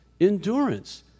endurance